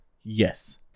Yes